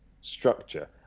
structure